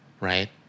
right